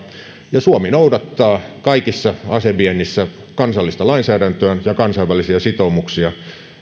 ja suomi noudattaa kaikessa aseviennissä kansallista lainsäädäntöä ja kansainvälisiä sitoumuksia